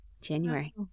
January